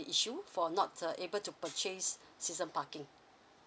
issue for not uh able to purchase season parking